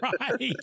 Right